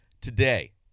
today